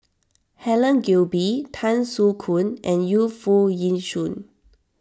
Helen Gilbey Tan Soo Khoon and Yu Foo Yee Shoon